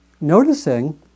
noticing